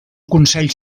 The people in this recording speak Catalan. consell